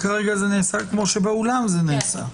כרגע זה נעשה כמו שבאולם זה נעשה.